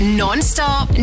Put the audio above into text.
non-stop